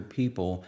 people